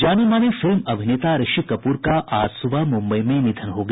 जाने माने फिल्म अभिनेता ऋषि कपूर का आज सुबह मुंबई में निधन हो गया